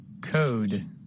Code